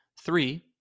three